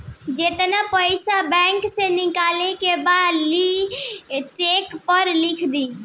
जेतना पइसा बैंक से निकाले के बा लिख चेक पर लिख द